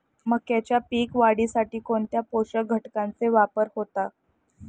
मक्याच्या पीक वाढीसाठी कोणत्या पोषक घटकांचे वापर होतो?